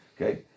Okay